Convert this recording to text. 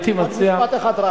משפט אחד.